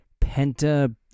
Penta